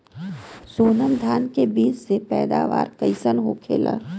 सोनम धान के बिज के पैदावार कइसन होखेला?